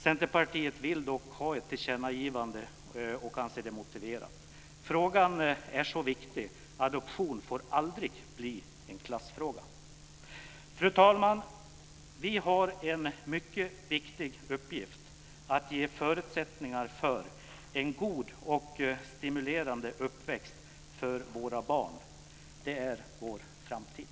Centerpartiet vill dock ha ett tillkännagivande och anser det motiverat. Frågan är så viktig - adoption får aldrig bli en klassfråga. Fru talman! Vi har en mycket viktig uppgift, att ge förutsättningar för en god och stimulerande uppväxt för våra barn. De är vår framtid.